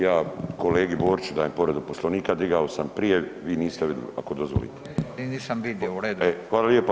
Ja kolegi Boriću dajem povredu Poslovnika, digao sam prije, vi niste vidli, ako dozvolite [[Upadica: Nisam vidio, u redu je.]] E, hvala lijepo.